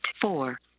four